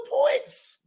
points